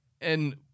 And-